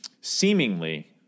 seemingly